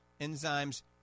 enzymes